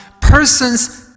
person's